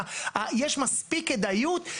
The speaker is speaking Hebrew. יש מספיק כדאיות,